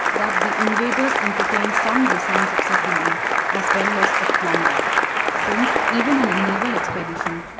that the invaders entertained some designs of settlement as well as of plunder since even in a naval expedition,